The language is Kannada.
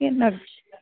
ಏನಾಗ್ಬೇಕಿತ್ತು